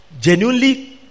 genuinely